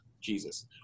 Jesus